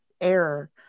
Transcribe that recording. error